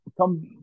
come